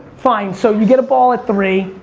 fine, so, you get a ball at three,